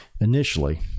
initially